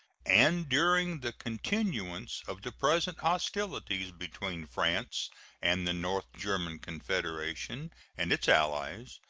and during the continuance of the present hostilities between france and the north german confederation and its allies,